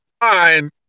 fine